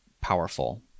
powerful